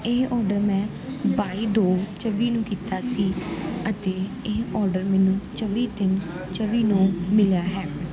ਇਹ ਔਡਰ ਮੈਂ ਬਾਈ ਦੋ ਚੌਵੀ ਨੂੰ ਕੀਤਾ ਸੀ ਅਤੇ ਇਹ ਔਡਰ ਮੈਨੂੰ ਚੌਵੀ ਤਿੰਨ ਚੌਵੀ ਨੂੰ ਮਿਲਿਆ ਹੈ